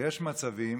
ויש מצבים